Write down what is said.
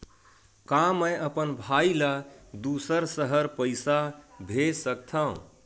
का मैं अपन भाई ल दुसर शहर पईसा भेज सकथव?